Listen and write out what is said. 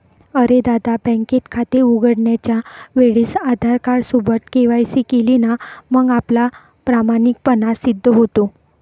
अरे दादा, बँकेत खाते उघडण्याच्या वेळेस आधार कार्ड सोबत के.वाय.सी केली ना मग आपला प्रामाणिकपणा सिद्ध होतो